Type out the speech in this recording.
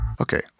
Okay